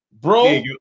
bro